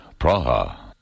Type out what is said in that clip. Praha